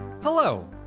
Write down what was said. Hello